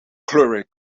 cleric